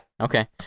Okay